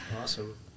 Awesome